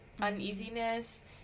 uneasiness